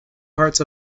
parts